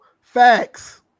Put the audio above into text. Facts